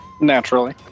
Naturally